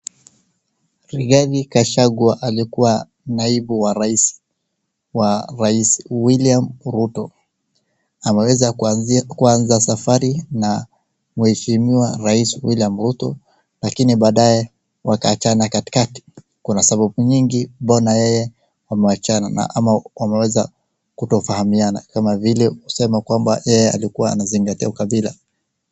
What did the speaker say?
Rigathi Gachagua alikuwa naibu wa rais William Ruto. Aliweza kuanza safari na mheshimiwa rais William Ruto lakini baadae wakaachana katikati. Kuna sababu nyingi mbona yeye ameachana ama ameweza kutofahamiana kama vile kusema kwamba yeye alikuwa anazingatia ukabila.